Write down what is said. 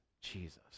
Jesus